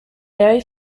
very